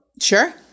Sure